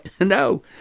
No